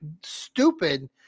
stupid